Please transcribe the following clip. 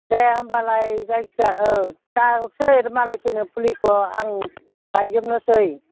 दे होमबालाय जायखि जाया औ दा हरसै मालायफोरनो फुलिखौ आं लायजोबनोसै